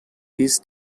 this